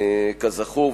כזכור,